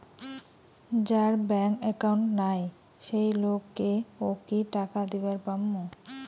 যার bank account নাই সেই লোক কে ও কি টাকা দিবার পামু?